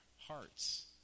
hearts